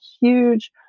huge